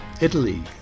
Italy